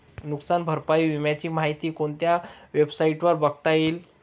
नुकसान भरपाई विम्याची माहिती कोणत्या वेबसाईटवर बघता येईल?